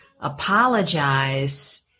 apologize